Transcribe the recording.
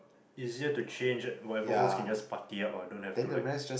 easier to change it whatever holes can just putty up don't have to like